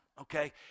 okay